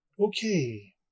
okay